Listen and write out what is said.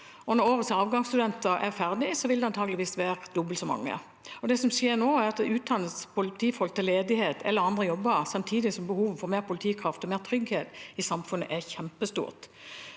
Når årets avgangsstudenter er ferdige, vil det antakeligvis være dobbelt så mange. Det som skjer nå, er at det utdannes politifolk til ledighet eller andre jobber. Samtidig er behovet for mer politikraft og mer trygghet i samfunnet kjempestort.